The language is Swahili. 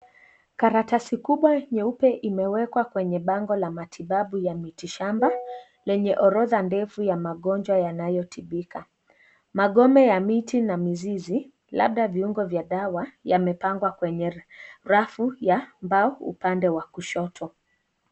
Karatasi kubwa nyeupe imewekwa kwenye bango la matibabu ya miti shamba, lenye orodha ndefu ya magonjwa yanayotibika. Magome ya miti na mizizi, labda viungo vya dawa yamepangwa kwenye rafu ya mbao upande wa kushoto.